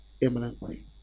imminently